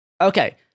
Okay